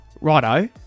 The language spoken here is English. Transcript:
righto